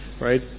right